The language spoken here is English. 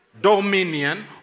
dominion